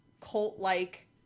cult-like